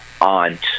aunt